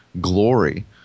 glory